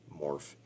morph